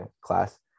class